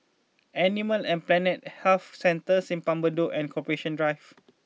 Animal and Plant Health Centre Simpang Bedok and Corporation Drive